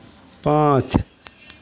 पाँच